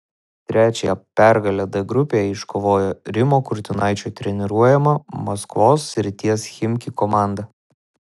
trečiąją pergalę d grupėje iškovojo rimo kurtinaičio treniruojama maskvos srities chimki komanda